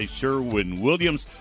Sherwin-Williams